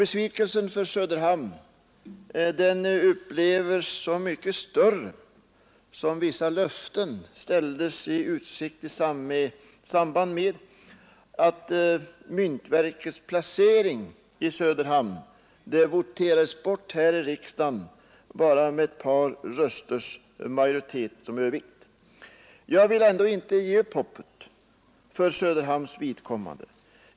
Besvikelsen för Söderhamn upplevs som så mycket större med hänsyn till vad som ställdes i utsikt i samband med förslaget om myntverkets lokalisering till Söderhamn, vilket voterades bort här i riksdagen med bara ett par rösters majoritet. Jag vill ändå inte ge upp hoppet för Söderhamns vidkommande trots allt motstånd.